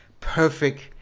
perfect